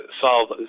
solve